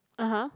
(uh huh)